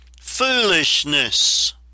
foolishness